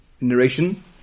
narration